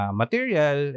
material